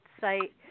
site